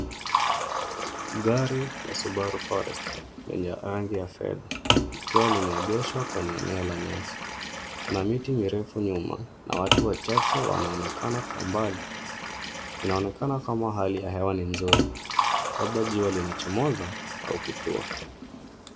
Gari la Subaru Forester lenye rangi ya fedha, likiwa limeegeshwa kwenye eneo la nyasi. Kuna miti mirefu nyuma na watu wachache wanaonekana kwa mbali. Inaonekana kama hali ya hewa ni nzuri, labda jua limechomoza au kutua.